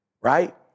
right